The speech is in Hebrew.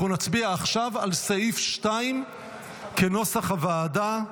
אנחנו נצביע עכשיו על סעיף 2 כנוסח הוועדה.